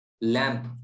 lamp